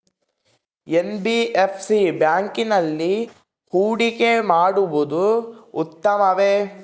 NBFC ಬ್ಯಾಂಕಿನಲ್ಲಿ ಹೂಡಿಕೆ ಮಾಡುವುದು ಉತ್ತಮವೆ?